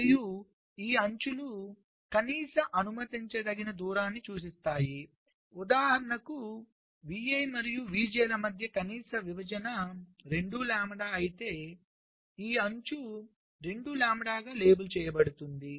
మరియు ఈ అంచులు కనీస అనుమతించదగిన దూరాన్ని సూచిస్తాయి ఉదాహరణకు vi మరియు vj ల మధ్య కనీస విభజన 2 లాంబ్డా అయితే ఈ అంచు 2 లాంబ్డాగా లేబుల్ చేయబడుతుంది